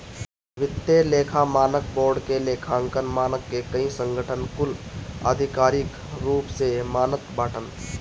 वित्तीय लेखा मानक बोर्ड के लेखांकन मानक के कई संगठन कुल आधिकारिक रूप से मानत बाटन